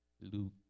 Luke